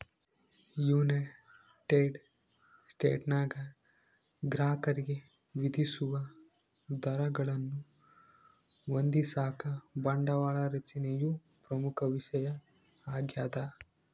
United ಸ್ಟೇಟ್ಸ್ನಾಗ ಗ್ರಾಹಕರಿಗೆ ವಿಧಿಸುವ ದರಗಳನ್ನು ಹೊಂದಿಸಾಕ ಬಂಡವಾಳ ರಚನೆಯು ಪ್ರಮುಖ ವಿಷಯ ಆಗ್ಯದ